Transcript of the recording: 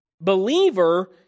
believer